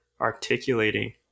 articulating